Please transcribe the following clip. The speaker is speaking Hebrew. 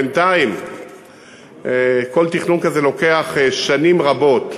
בינתיים כל תכנון כזה לוקח שנים רבות.